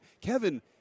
Kevin